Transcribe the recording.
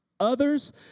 others